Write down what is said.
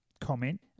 comment